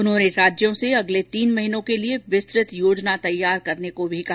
उन्होंने राज्यों से अगले तीन महीनों के लिए विस्तृत योजना तैयार करने को भी कहा